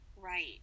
Right